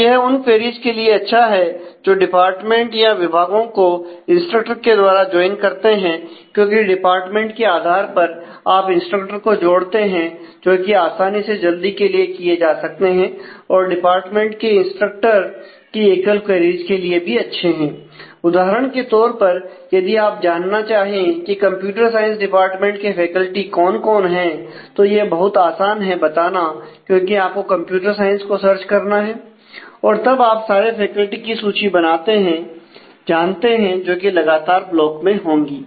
तो यह उन क्वेरीज के लिए अच्छा है जो डिपार्टमेंट या विभागों को इंस्ट्रक्टर के द्वारा ज्वाइन करते हैं क्योंकि डिपार्टमेंट के आधार पर आप इंस्ट्रक्टर को जोड़ते हैं जो कि आसानी से जल्दी से लिए जा सकते हैं और डिपार्टमेंट और इंस्ट्रक्टर की एकल क्वेरीज के लिए भी अच्छे हैं उदाहरण के तौर पर यदि आप जानना चाहे कि कंप्यूटर साइंस डिपार्टमेंट के फैकल्टी कौन कौन हैं तो यह बहुत आसान है बताना क्योंकि आपको कंप्यूटर साइंस को सर्च करना है और तब आप सारे फैकल्टी की सूची जानते हैं जो कि लगातार ब्लॉक में होंगी